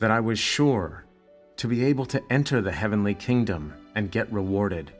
that i was sure to be able to enter the heavenly kingdom and get rewarded